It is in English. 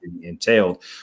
entailed